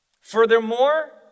Furthermore